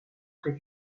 près